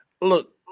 look